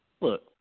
Look